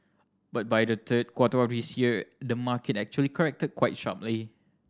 but by the third quarter of this year the market actually corrected quite sharply